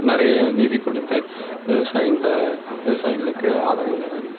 நிறைய நிதிக்கொடுத்து விவசாயிங்களே விவசாயிகளுக்கு ஆதரவு தராங்கள்